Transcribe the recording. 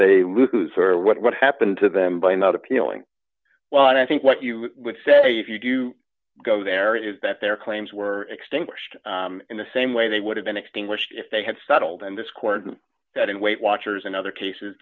they lose or what happened to them by not appealing well i think what you would say if you go there is that their claims were extinguished in the same way they would have been extinguished if they had settled in this court and that in weight watchers and other cases